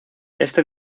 este